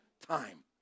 Time